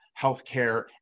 healthcare